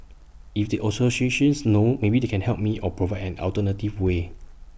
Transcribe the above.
if the associations knows maybe they can help me or provide an alternative way